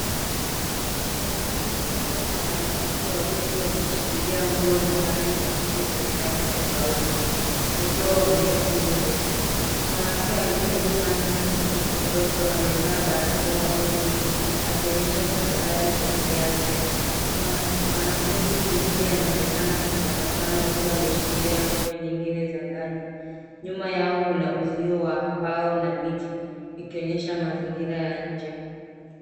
Mwanamke mmoja na wanafunzi wawili wameshikilia nguo za ndani za kike zenye rangi tofauti wakiwa wameketi nje mwanamke aliye upande wa kushoto amevaa barakoa usoni akionyesha tahadhari za kiafya mwanafunzi mwingine anaonkena akitabasamu akiwa ameshikilia nguo nyingine za ndani nyuma yao kuna uzio wa mbao na miti ikionyesha mazingira ya nje.